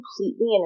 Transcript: completely